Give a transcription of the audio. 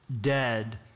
dead